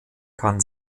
kann